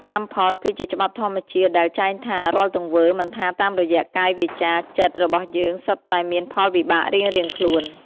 កម្មផលគឺជាច្បាប់ធម្មជាតិដែលចែងថា រាល់ទង្វើ មិនថាតាមរយៈ កាយ វាចា ចិត្ត របស់យើង សុទ្ធតែមានផលវិបាករៀងៗខ្លួន។